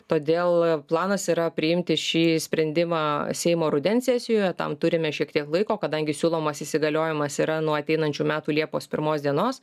todėl planas yra priimti šį sprendimą seimo rudens sesijoje tam turime šiek tiek laiko kadangi siūlomas įsigaliojimas yra nuo ateinančių metų liepos pirmos dienos